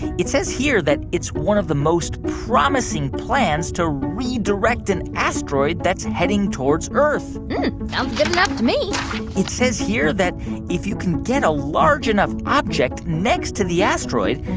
it says here that it's one of the most promising plans to redirect an asteroid that's heading towards earth sounds good enough to me it says here that if you can get a large enough object next to the asteroid,